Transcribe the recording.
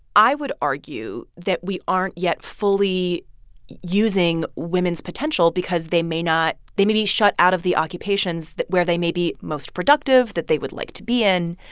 i would argue that we aren't yet fully using women's potential because they may not they may be shut out of the occupations where they may be most productive, that they would like to be in.